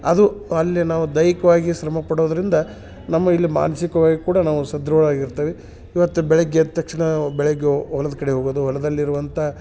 ಅದು ಅಲ್ಲಿ ನಾವು ದೈಹಿಕವಾಗಿ ಶ್ರಮ ಪಡೋದರಿಂದ ನಮ್ಮ ಇಲ್ಲಿ ಮಾನಸಿಕವಾಗಿ ಕೂಡ ನಾವು ಸದೃಢವಾಗಿ ಇರ್ತೆವಿ ಇವತ್ತು ಬೆಳಗ್ಗೆ ಎದ್ದ ತಕ್ಷಣ ಬೆಳಗ್ಗೆ ಹೊಲದ್ ಕಡೆ ಹೋಗೋದು ಹೊಲದಲ್ಲಿರುವಂಥ